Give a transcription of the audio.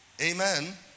Amen